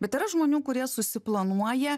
bet yra žmonių kurie susiplanuoja